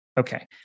Okay